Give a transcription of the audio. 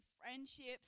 friendships